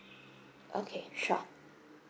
okay sure